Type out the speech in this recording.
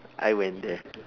I went there